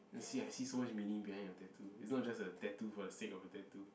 you see I see so much meaning behind your tattoo it's not just a tattoo for the sake of a tattoo